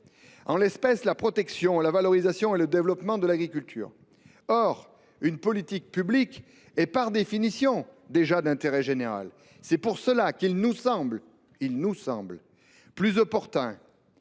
en l’espèce la protection, la valorisation et le développement de l’agriculture. Or une politique publique est, par définition, déjà d’intérêt général. C’est la raison pour laquelle il nous a semblé plus opérant